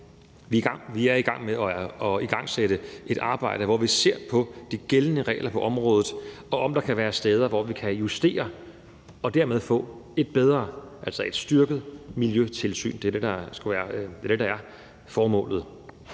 Vi er i gang med at igangsætte et arbejde, hvor vi ser på de gældende regler på området og på, om der kan være steder, hvor vi kan justere dem og dermed få et bedre og et styrket miljøtilsyn. Det er det, det er formålet.